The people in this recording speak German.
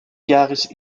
jahres